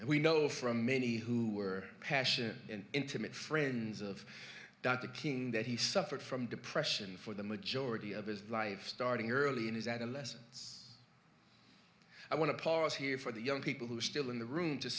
and we know from many who are passionate and intimate friends of dr king that he suffered from depression for the majority of his life starting early in his adolescence i want to pause here for the young people who are still in the room to